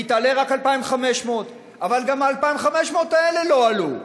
והיא תעלה רק 2,500. אבל גם ה-2,500 האלה לא עלו,